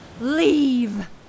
leave